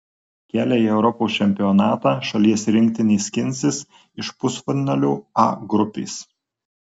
kelią į europos čempionatą šalies rinktinė skinsis iš pusfinalio a grupės